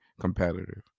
competitive